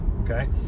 Okay